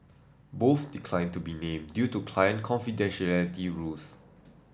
both declined to be named due to client confidentiality rules